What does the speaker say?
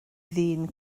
ddyn